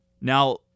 Now